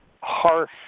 harsh